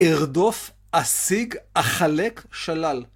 ארדוף, אשיג, אחלק, שלל.